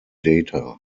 data